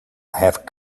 have